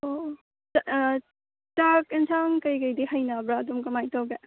ꯑꯣ ꯑꯣ ꯆꯥꯛ ꯑꯦꯟꯁꯥꯡ ꯀꯔꯤ ꯀꯔꯤꯗꯤ ꯍꯩꯅꯕ꯭ꯔꯥ ꯑꯗꯨꯝ ꯀꯃꯥꯏꯅ ꯇꯧꯒꯦ